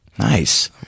Nice